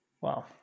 Wow